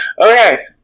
Okay